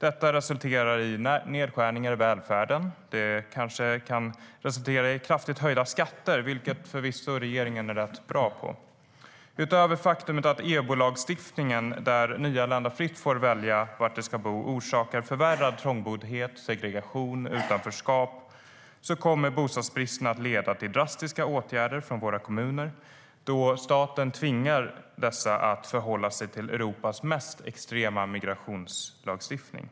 Detta resulterar i nedskärningar i välfärden, och det kanske kan resultera i kraftiga skattehöjningar, vilket regeringen förvisso är rätt bra på. Utöver faktumet att EBO-lagstiftningen - som innebär att nyanlända fritt får välja var de ska bo - orsakar förvärrad trångboddhet, segregation och utanförskap, kommer bostadsbristen att leda till drastiska åtgärder från våra kommuner, då staten tvingar dessa att förhålla sig till Europas mest extrema migrationslagstiftning.